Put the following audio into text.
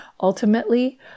Ultimately